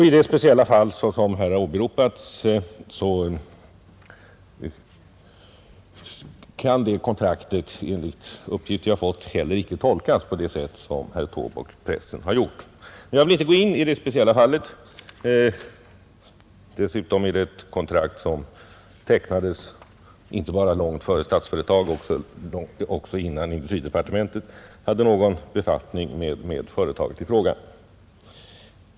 I det speciella fall som här har åberopats kan kontraktet, enligt uppgifter jag har fått, heller icke tolkas på det sätt som herr Taube och pressen har gjort. Jag vill emellertid inte gå in på det speciella fallet. Parentetiskt kan jag nämna att kontraktet i fråga tecknades inte bara långt före Statsföretag utan också innan industridepartementet hade någon befattning med företaget i fråga.